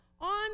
on